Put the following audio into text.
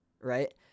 Right